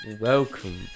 welcome